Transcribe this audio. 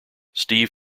steve